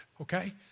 okay